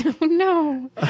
No